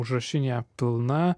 užrašinė pilna